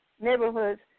Neighborhoods